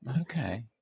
Okay